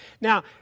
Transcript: Now